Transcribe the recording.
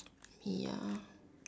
ya